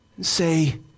say